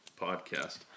podcast